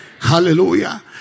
Hallelujah